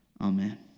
Amen